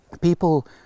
people